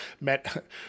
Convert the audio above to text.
met